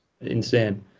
insane